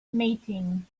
meeting